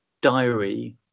diary